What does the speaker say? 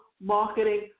marketing